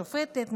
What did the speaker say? שופטת,